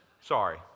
Sorry